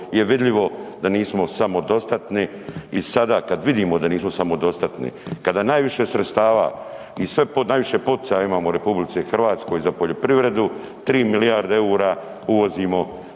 je vidljivo da nismo samodostatni i sada kada vidimo da nismo samodostatni, kada najviše sredstava i sve najviše poticaja imamo u RH za poljoprivredu 3 milijarde EUR-a uvozimo